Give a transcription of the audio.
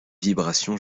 vibrations